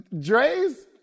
Dre's